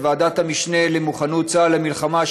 של ועדת המשנה למוכנות צה"ל למלחמה,